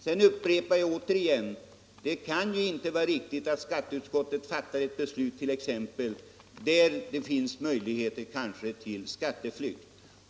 Jag upprepar att det inte kan vara riktigt att skatteutskottet fattar ett beslut som kan få till följd att det blir större möjligheter till skatteflykt.